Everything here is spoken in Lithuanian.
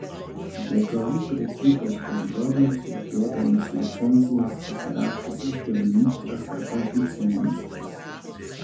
degalų prekybos bendrovėms išduodamas licencijas pasirašo ūkio ministras arba viceministras